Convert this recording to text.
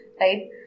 right